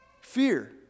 fear